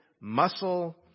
muscle